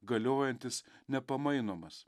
galiojantis nepamainomas